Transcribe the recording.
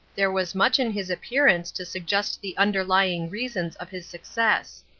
there was much in his appearance to suggest the underlying reasons of his success.